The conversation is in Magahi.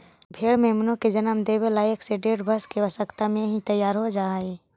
भेंड़ मेमनों को जन्म देवे ला एक से डेढ़ वर्ष की अवस्था में ही तैयार हो जा हई